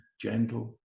gentle